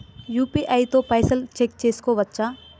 UPI తో పైసల్ check చేసుకోవచ్చా?